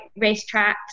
racetracks